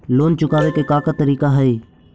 Loan चुकावे के का का तरीका हई?